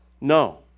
No